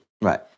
Right